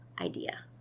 idea